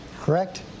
Correct